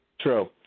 True